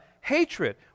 hatred